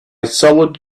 sold